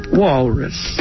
walrus